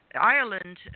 Ireland